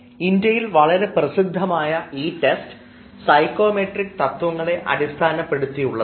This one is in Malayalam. ഇന്ത്യയിൽ വളരെ പ്രസിദ്ധമായ ഈ ടെസ്റ്റ് സൈക്കോമെട്രിക് തത്വങ്ങളെ അടിസ്ഥാനപ്പെടുത്തിയുള്ളതാണ്